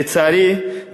לצערי,